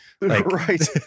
Right